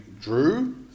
drew